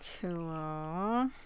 Cool